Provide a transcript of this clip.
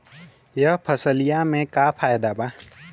यह फसलिया में का फायदा बा?